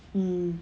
mm